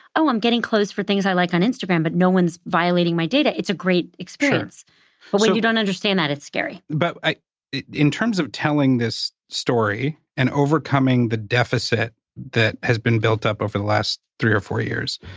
oh, i'm getting clothes for things i like on instagram, but no one's violating my data, it's a great experience. sure. but when you don't understand that, it's scary. but in terms of telling this story, and overcoming the deficit that has been built up over the last three or four years,